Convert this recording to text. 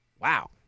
Wow